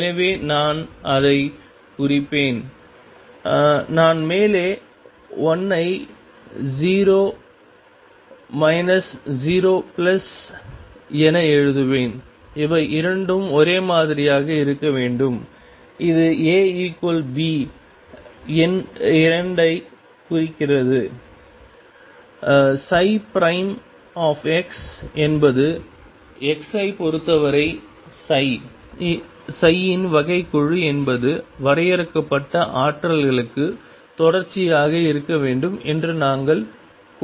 எனவே நான் அதைக் குறிப்பேன் நான் மேலே 1 ஐ 0 0 என எழுதுவேன் இவை இரண்டும் ஒரே மாதிரியாக இருக்க வேண்டும் இது A B எண் 2 ஐக் குறிக்கிறது என்பது x ஐப் பொறுத்தவரை இன் வகைக்கெழு என்பது வரையறுக்கப்பட்ட ஆற்றல்களுக்கு தொடர்ச்சியாக இருக்க வேண்டும் என்று நாங்கள் கோரியிருந்தோம்